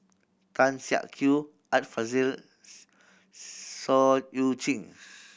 Tan Siak Kew Art Fazils Seah Eu Chin